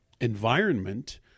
environment